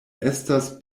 estas